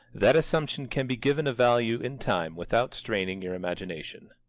that assumption can be given a value in time without straining your imagination.